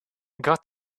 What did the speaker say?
got